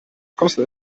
kostet